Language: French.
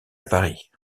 paris